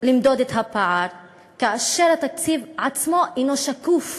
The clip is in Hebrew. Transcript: למדוד את הפער כאשר התקציב עצמו אינו שקוף?